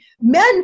men